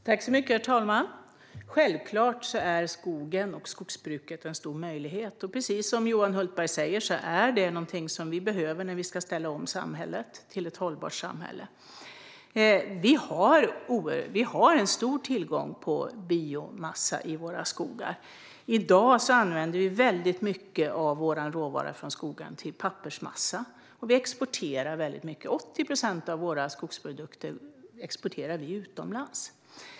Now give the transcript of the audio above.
Herr talman! Självklart är skogen och skogsbruket en stor möjlighet. Precis som Johan Hultberg säger behövs skogsbruket när vi ska ställa om till ett hållbart samhälle. Det finns en stor tillgång till biomassa i skogarna. I dag använder vi mycket av råvaran från skogen till pappersmassa, och mycket av råvaran exporteras. 80 procent av våra skogsprodukter exporteras utomlands.